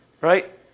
right